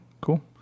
cool